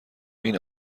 این